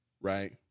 Right